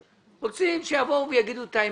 רוצים, שיבואו ויאמרו את האמת.